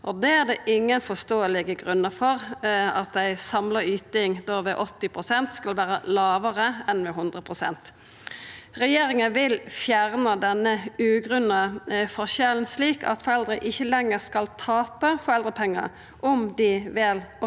det er det ingen forståelege grunnar til – at ei samla yting ved 80 pst. skal vera lågare enn ved 100 pst. Regjeringa vil fjerna denne ugrunna forskjellen, slik at foreldre ikkje lenger skal tapa foreldrepengar om dei vel 80 pst.